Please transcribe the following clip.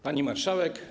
Pani Marszałek!